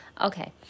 Okay